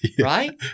Right